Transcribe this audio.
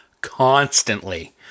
constantly